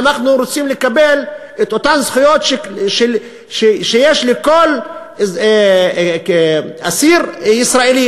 אנחנו רוצים לקבל את אותן זכויות שיש לכל אסיר ישראלי,